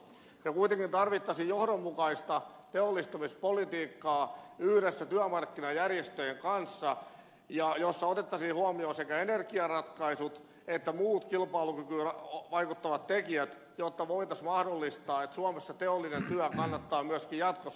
me kuitenkin tarvitsisimme johdonmukaista teollistamispolitiikkaa yhdessä työmarkkinajärjestöjen kanssa jossa otettaisiin huomioon sekä energiaratkaisut että muut kilpailukykyyn vaikuttavat tekijät jotta voitaisiin mahdollistaa että suomessa teollinen työ kannattaa myöskin jatkossa